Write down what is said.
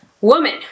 Woman